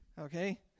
okay